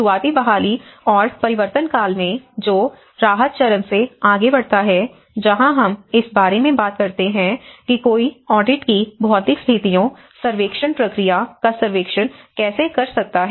शुरुआती बहाली और परिवर्तनकाल में जो राहत चरण से आगे बढ़ता है जहां हम इस बारे में बात करते हैं कि कोई ऑडिट की भौतिक स्थितियों सर्वेक्षण प्रक्रिया का सर्वेक्षण कैसे कर सकता है